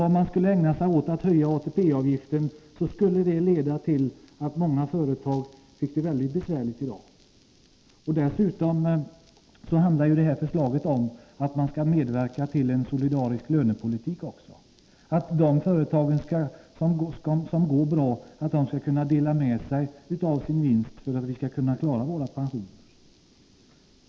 Om vi skulle höja ATP-avgiften skulle det leda till att många företag fick det mycket besvärligt i dag. Dessutom handlar detta förslag om att man också skall medverka till en solidarisk lönepolitik, att de företag som går bra skall kunna dela med sig av sin vinst, för att vi skall kunna klara våra pensioner.